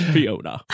Fiona